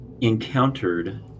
encountered